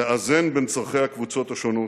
לאזן בין צורכי הקבוצות השונות.